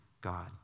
God